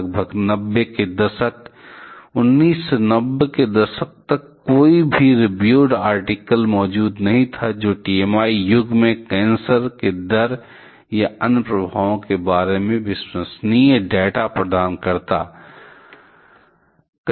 लगभग 90 के दशक 1990 के दशक तक कोई भी रिब्युड आर्टिकल मौजूद नहीं था जो TMI युग में कैंसर की दर या अन्य प्रभावों के बारे में विश्वसनीय डेटा प्रदान करता है